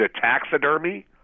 taxidermy